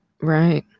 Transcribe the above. Right